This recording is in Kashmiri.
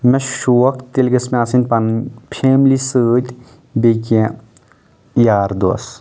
مےٚ چھُ شوق تیٚلہِ گژھِ مےٚ آسٕنۍ پَنٕنۍ فیملی سۭتۍ بیٚیہِ کیٚنٛہہ یار دوس